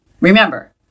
Remember